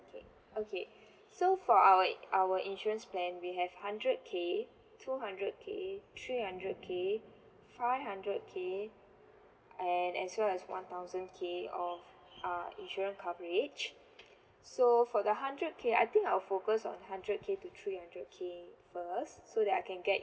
K okay so for our our insurance plan we have hundred K two hundred K three hundred K five hundred K and as well as one thousand K of uh insurance coverage so for the hundred K I think I'll focus on hundred K to three hundred K first so that I can get